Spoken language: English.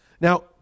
Now